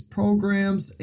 programs